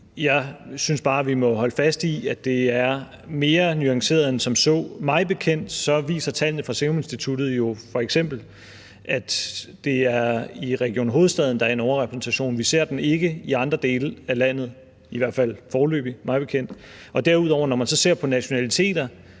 Jeg synes bare, vi må holde fast i, at det er mere nuanceret end som så. Mig bekendt viser tallene fra Seruminstituttet jo f.eks., at det er i Region Hovedstaden, at der er en overrepræsentation. Vi ser det i hvert fald foreløbig ikke i andre dele af landet. Og når man så derudover ser på nationaliteter,